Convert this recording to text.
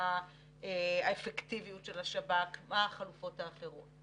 מה האפקטיביות של השב"כ, מה החלופות האחרות.